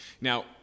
Now